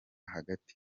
hagati